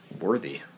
Worthy